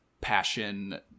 passion